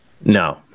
no